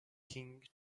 king